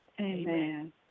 Amen